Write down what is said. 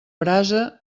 brasa